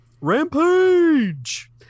Rampage